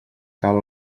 cal